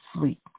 sleep